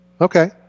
Okay